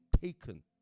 taken